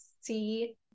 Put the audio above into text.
see